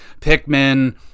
Pikmin